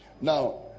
now